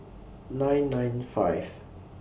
nine nine five